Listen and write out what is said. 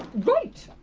right,